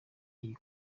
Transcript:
iyi